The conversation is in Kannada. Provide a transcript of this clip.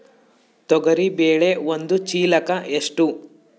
ತೊಗರಿ ಬೇಳೆ ಒಂದು ಚೀಲಕ ಎಷ್ಟು?